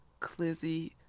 Clizzy